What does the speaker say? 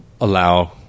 allow